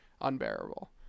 unbearable